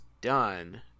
done